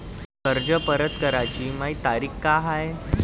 कर्ज परत कराची मायी तारीख का हाय?